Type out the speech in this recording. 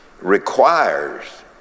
requires